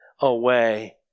away